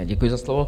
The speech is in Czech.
Děkuji za slovo.